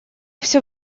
все